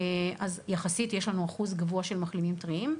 אז יש לנו אחוז גבוה יחסית של מחלימים טריים,